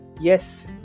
Yes